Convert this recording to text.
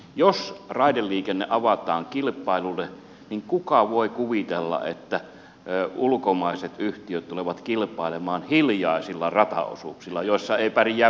jos raideliikenne avataan kilpailulle niin kuka voi kuvitella että ulkomaiset yhtiöt tulevat kilpailemaan hiljaisilla rataosuuksilla joissa ei pärjää vrkään